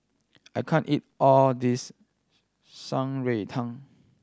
I can't eat all this Shan Rui Tang